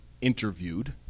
interviewed